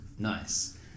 Nice